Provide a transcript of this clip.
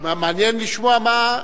תודה רבה.